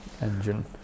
engine